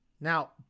Now